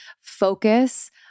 focus